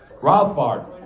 Rothbard